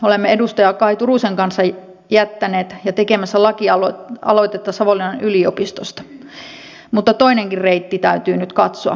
olemme edustaja kaj turusen kanssa tekemässä lakialoitetta savonlinnan yliopistosta mutta toinenkin reitti täytyy nyt katsoa